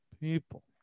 people